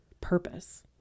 purpose